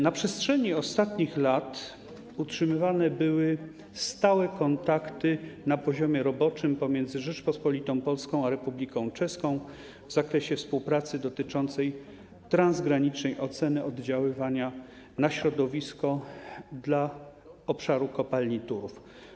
Na przestrzeni ostatnich lat utrzymywane były stałe kontakty na poziomie roboczym pomiędzy Rzecząpospolitą Polską a Republiką Czeską w zakresie współpracy dotyczącej transgranicznej oceny oddziaływania na środowisko dla obszaru kopalni Turów.